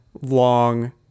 long